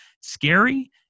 scary